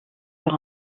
sur